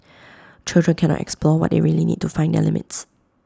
children cannot explore what they really need to find their limits